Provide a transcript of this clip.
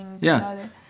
yes